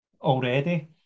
already